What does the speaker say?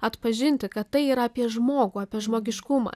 atpažinti kad tai yra apie žmogų apie žmogiškumą